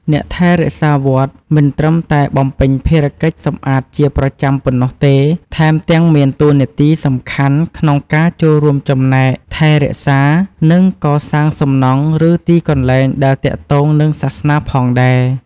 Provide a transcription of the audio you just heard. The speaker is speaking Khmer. អ្នកថែរក្សាវត្ត មិនត្រឹមតែបំពេញភារកិច្ចសម្អាតជាប្រចាំប៉ុណ្ណោះទេ ថែមទាំងមានតួនាទីសំខាន់ក្នុងការចូលរួមចំណែក ថែរក្សា និង កសាងសំណង់ ឬទីកន្លែងដែលទាក់ទងនឹងសាសនាផងដែរ។